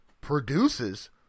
produces